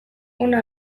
ona